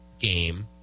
game